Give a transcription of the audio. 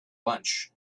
lunch